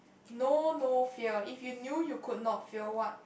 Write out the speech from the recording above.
know no fear if you knew you could not fear what